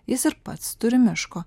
jis ir pats turi miško